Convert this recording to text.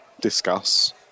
discuss